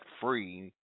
free